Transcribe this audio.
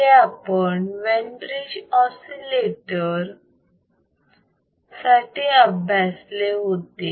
हे आपण Wien bridge oscillator साठी अभ्यासले होते